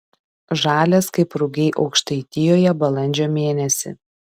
žalias kaip rugiai aukštaitijoje balandžio mėnesį